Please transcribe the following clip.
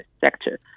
sector